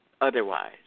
otherwise